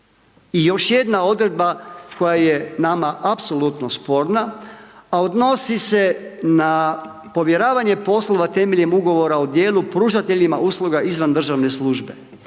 I još jedna odredba koja je nama apsolutno sporna, a odnosi se na povjeravanje poslova temeljem ugovora o djelu, pružateljima usluga izvan državne službe.